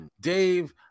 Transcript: dave